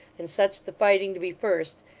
and such the fighting to be first,